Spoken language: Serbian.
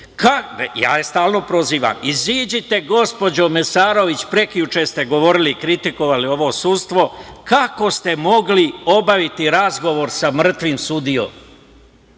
je stalno prozivam – iziđite, gospođo Mesarović, prekjuče ste govorili i kritikovali ovo sudstvo, kako ste mogli obaviti razgovor sa mrtvim sudijom?